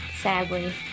Sadly